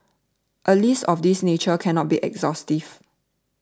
a list of this nature cannot be exhaustive